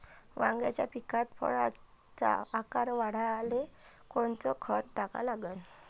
वांग्याच्या पिकात फळाचा आकार वाढवाले कोनचं खत टाका लागन?